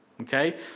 Okay